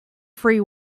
free